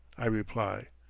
i reply.